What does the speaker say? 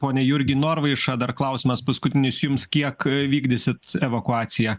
pone jurgi norvaiša dar klausimas paskutinis jums kiek vykdysit evakuaciją